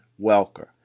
Welker